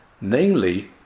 namely